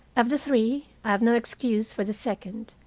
of the three, i have no excuse for the second,